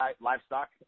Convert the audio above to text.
livestock